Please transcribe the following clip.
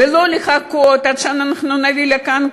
ולא לחכות עד שאנחנו נביא לכאן,